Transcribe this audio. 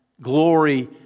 glory